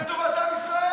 נתקבלה.